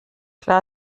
klar